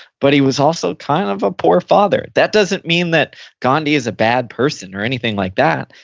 but he was also kind of a poor father. that doesn't mean that gandhi is a bad person or anything like that.